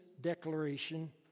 declaration